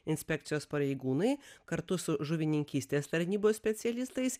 inspekcijos pareigūnai kartu su žuvininkystės tarnybos specialistais